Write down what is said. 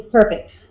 perfect